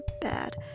bad